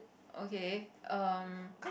okay um